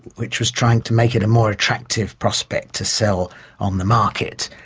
which was trying to make it a more attractive prospect to sell on the market.